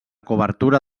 cobertura